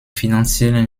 finanziellen